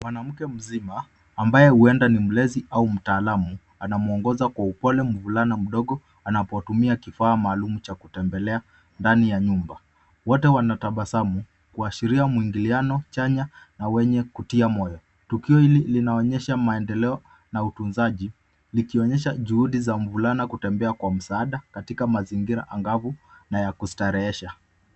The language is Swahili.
Mwanamke mzima, ambaye huenda ni mlezi au mtaalamu, anamwongoza kwa upole mvulana anapotumia kifaa maalum cha kutembelea ndani ya nyumba. Wote wanatabasamu, kuashiria muingiliano chanya na wenye kutia moyo. Tukio hili linaonyesha maendeleo na utunzaji, likionyesha juhudi za mvulana kutembea kwa msaada katika mazingira angavu na ya kustarehesha.